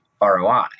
ROI